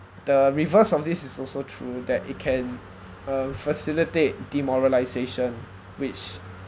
the reverse of this is also true that it can uh facilitate demoralisation which